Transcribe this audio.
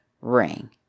ring